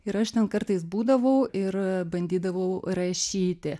ir aš ten kartais būdavau ir bandydavau rašyti